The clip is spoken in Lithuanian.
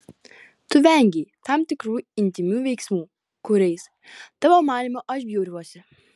tu vengei tam tikrų intymių veiksmų kuriais tavo manymu aš bjauriuosi